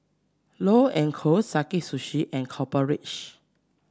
Love and Co Sakae Sushi and Copper Ridge